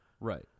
Right